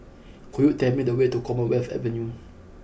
could you tell me the way to Commonwealth Avenue